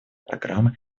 программы